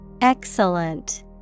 Excellent